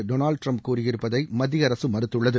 Donald Trump கூறியிருப்பதை மத்திய அரசு மறுத்துள்ளது